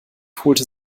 holte